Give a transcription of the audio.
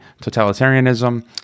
totalitarianism